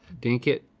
dink it.